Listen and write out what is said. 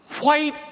white